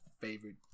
favorite